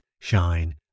shine